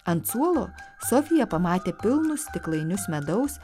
ant suolo sofija pamatė pilnus stiklainius medaus